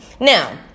Now